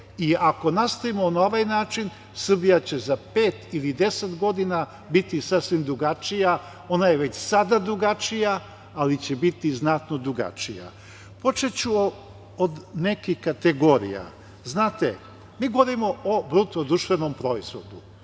i ako nastavimo na ovaj način, Srbija će za 5 ili 10 godina, biti sasvim drugačija i ona je već sada drugačija, ali će biti znatno drugačija. Počeću od nekih kategorija. Znate, mi govorimo o BDP. Moram naglasiti